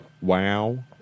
Wow